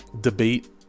debate